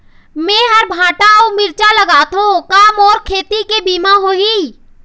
मेहर भांटा अऊ मिरचा लगाथो का मोर खेती के बीमा होही?